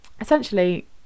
essentially